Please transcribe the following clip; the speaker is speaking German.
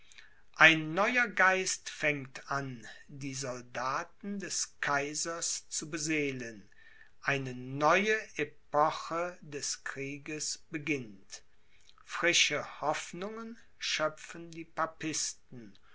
ein neuer geist fängt an die soldaten des kaisers zu beseelen eine neue epoche des krieges beginnt frische hoffnungen schöpfen die